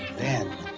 then.